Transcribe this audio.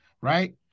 right